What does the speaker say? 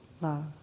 love